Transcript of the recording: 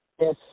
Yes